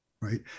right